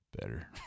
better